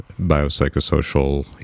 biopsychosocial